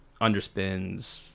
underspins